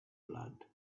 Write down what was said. blood